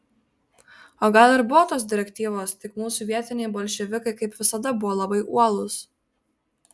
o gal ir buvo tos direktyvos tik mūsų vietiniai bolševikai kaip visada buvo labai uolūs